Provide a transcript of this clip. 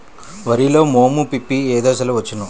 వరిలో మోము పిప్పి ఏ దశలో వచ్చును?